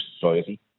society